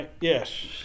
Yes